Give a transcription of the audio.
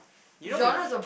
you know when